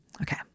okay